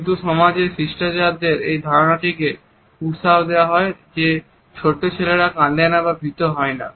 কিছু সমাজে শিষ্টাচারের এই ধারণাটিকে উৎসাহ দেওয়া হয় যে ছোট্ট ছেলেরা কাঁদে না বা ভীত হয় না